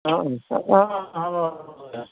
অঁ অঁ হ'ব